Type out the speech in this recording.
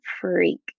freak